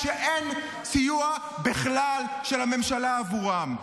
שאין סיוע בכלל של הממשלה בעבורם?